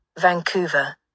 Vancouver